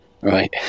Right